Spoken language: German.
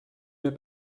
mir